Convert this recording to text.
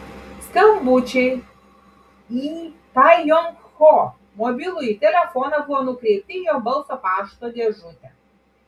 skambučiai į tai jong ho mobilųjį telefoną buvo nukreipti į jo balso pašto dėžutę